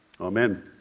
Amen